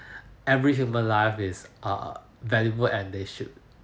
every human life is err valuable and they should